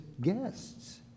guests